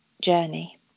journey